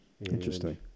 Interesting